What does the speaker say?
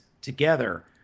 together